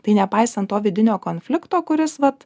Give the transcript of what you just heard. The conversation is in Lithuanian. tai nepaisant to vidinio konflikto kuris vat